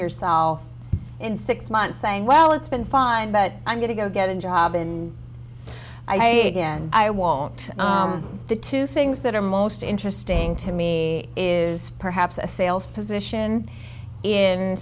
yourself in six months saying well it's been fine but i'm going to go get a job in i again i won't the two things that are most interesting to me is perhaps a sales position in